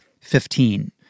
Fifteen